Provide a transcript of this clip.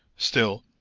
still,